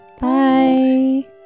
Bye